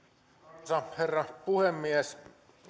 arvoisa herra puhemies